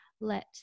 let